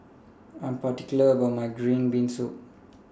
I Am particular about My Green Bean Soup